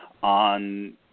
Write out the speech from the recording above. On